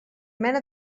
mena